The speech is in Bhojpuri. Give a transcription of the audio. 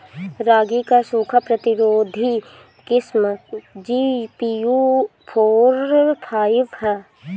रागी क सूखा प्रतिरोधी किस्म जी.पी.यू फोर फाइव ह?